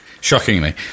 Shockingly